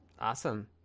Awesome